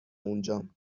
اونجام